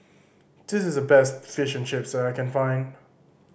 this is the best Fish and Chips that I can find